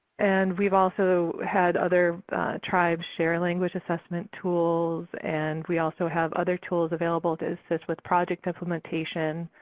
and we've also had other tribes share language assessment tools and we also have other tools available to assist with project implementation,